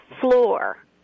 floor